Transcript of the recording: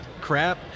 crap